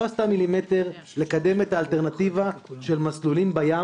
לא עשתה מילימטר לקדם את האלטרנטיבה של מסלולים בים